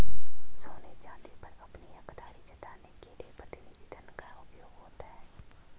सोने चांदी पर अपनी हकदारी जताने के लिए प्रतिनिधि धन का उपयोग होता है